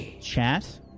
Chat